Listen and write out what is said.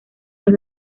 los